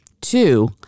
Two